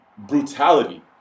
Brutality